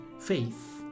faith